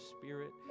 spirit